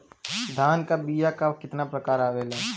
धान क बीया क कितना प्रकार आवेला?